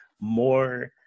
more